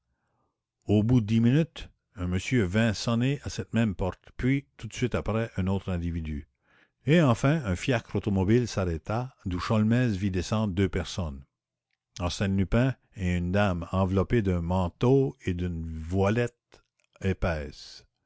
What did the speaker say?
au bout de dix minutes un monsieur vint sonner à cette même porte puis tout de suite après un autre individu et enfin un fiacre automobile s'arrêta d'où sholmès vit descendre deux personnes arsène lupin et une dame enveloppée d'un manteau et d'une voilette épaisse